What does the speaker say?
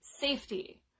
safety